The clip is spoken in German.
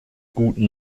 guten